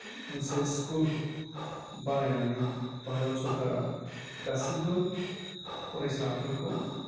मोनसे स्कुल बानायनानै भारत सरखारा गासिबो फरायसाफोरखौ